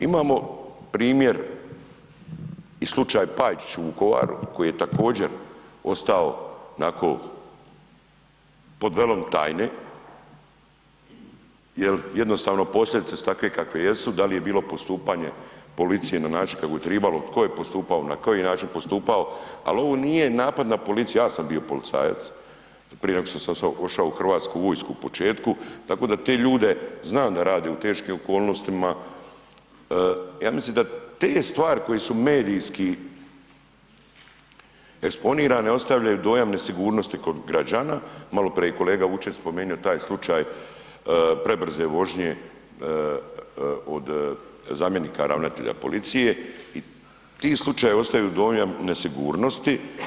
Imamo primjer i slučaj Pajčić u Vukovaru koji je također, ostao onako pod velom tajne jer jednostavno posljedice su takve kakve jesu, da li je bilo postupanje policije na način kako je tribalo, tko je postupao, na koji način postupao, ali ovo nije napad na policiju, ja sam bio policajac prije nego što sam ošao u Hrvatsku vojsku u početku, tako da te ljude znam da rade u teškim okolnostima, ja mislim da te stvari koje su medijski eksponirane, ostavljaju dojam nesigurnosti kod građana, maloprije je kolega Vučetić spomenuo taj slučaj prebrze vožnje od zamjenika ravnatelja policije i ti slučajevi ostavljaju dojam nesigurnosti.